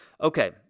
Okay